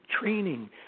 training